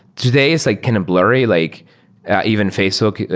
today it's like kind of blurry, like even facebook,